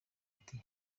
ati